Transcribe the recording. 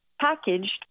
packaged